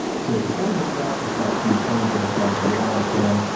so before we get to that, just want to tell you where to find more on sam.